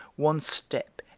one step,